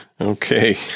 Okay